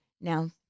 Now